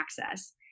access